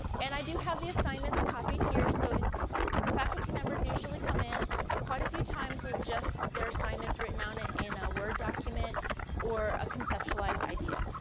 and i do have the assignments copied here. so these faculty members usually come in quite a few times with just their assignments written out in a word document or a conceptualized idea.